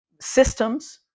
systems